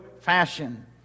fashion